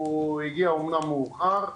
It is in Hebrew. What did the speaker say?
הוא הגיע אמנם מאוחר,